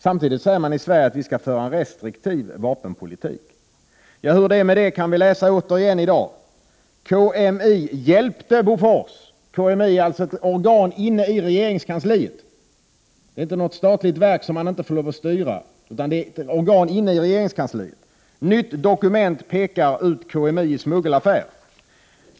Samtidigt säger man i Sverige att vi skall föra en restriktiv vapenpolitik. Hur det är med det kan vi återigen läsa om i en artikel i dag, där det heter: KMI hjälpte Bofors. — KMI är ett organ inom regeringskansliet, inte något statligt verk som man inte har lov att styra. Det framhålls vidare: Nytt dokument pekar ut KMI i 41 smuggelaffär.